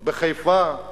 בחיפה,